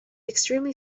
extremely